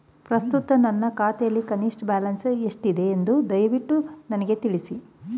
ಪ್ರಸ್ತುತ ನನ್ನ ಖಾತೆಯಲ್ಲಿ ಕನಿಷ್ಠ ಬ್ಯಾಲೆನ್ಸ್ ಎಷ್ಟಿದೆ ಎಂದು ದಯವಿಟ್ಟು ನನಗೆ ತಿಳಿಸಿ